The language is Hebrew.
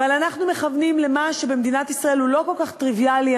אבל אנחנו מכוונים למה שבמדינת ישראל הוא לא כל כך טריוויאלי,